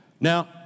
Now